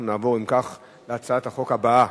אנחנו נעבור להצעת החוק הבאה,